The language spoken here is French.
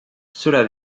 cela